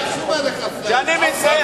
שאני מתבייש,